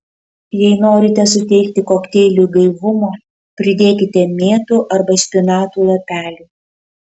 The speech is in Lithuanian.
jei norite suteikti kokteiliui gaivumo pridėkite mėtų arba špinatų lapelių